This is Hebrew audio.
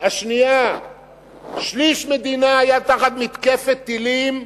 השנייה שליש מדינה היה תחת מתקפת טילים,